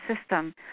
system